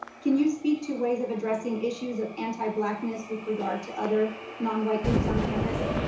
can you speak to ways of addressing issues of anti-blackness with regard to other nonwhite groups on campus?